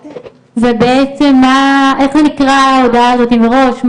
ובעצם, איך זה נקרא ההודעה הזאת מראש,